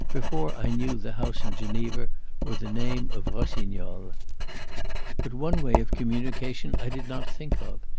before i knew the house in geneva or the name of rossignol. but one way of communication i did not think of.